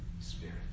spirit